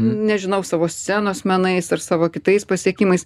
nežinau savo scenos menais ar savo kitais pasiekimais